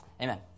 Amen